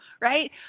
right